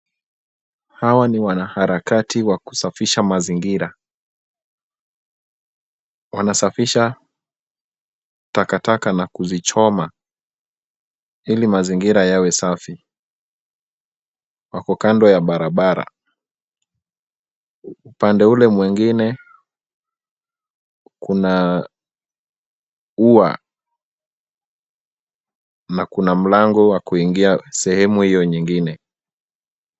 Hawa ni wanaharakati wa kusafisha mazingira, wanasafisha takataka na kuzichoma ili mazingira yawe safi, wako kando ya barabara, upande ule mwingine kuna ua na kuna mlango wa kuingia sehemu hiyo nyingine.